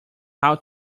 how